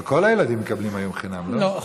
אבל כל הילדים מקבלים היום חינם, לא?